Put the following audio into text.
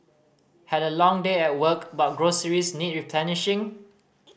had a long day at work but groceries need replenishing